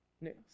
news